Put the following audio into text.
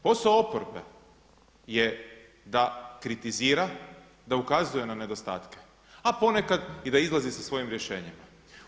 Posao oporbe je da kritizira, da ukazuje na nedostatke, a ponekad i da izlazi sa svojim rješenjima.